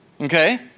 okay